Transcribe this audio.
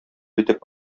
итеп